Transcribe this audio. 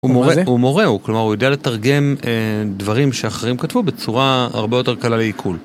הוא מורה, כלומר הוא יודע לתרגם דברים שאחרים כתבו בצורה הרבה יותר קלה לעיכול.